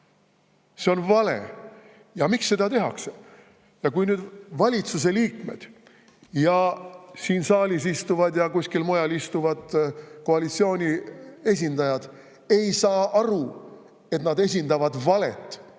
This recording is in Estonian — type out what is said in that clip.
See on vale! Ja miks seda tehakse? Kui valitsuse liikmed ja siin saalis istuvad ja kuskil mujal istuvad koalitsiooni esindajad ei saa aru, et nad esindavad valet